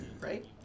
Right